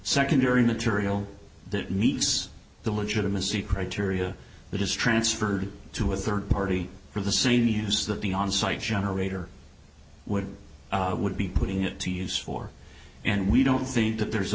secondary material that meeks the legitimacy criteria that is transferred to a third party for the same use that the on site generator would would be putting it to use for and we don't think that there's a